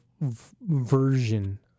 version